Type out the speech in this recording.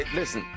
listen